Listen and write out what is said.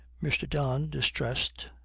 mr. don, distressed,